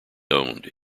owned